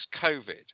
covid